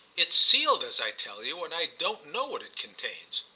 it's sealed, as i tell you, and i don't know what it contains.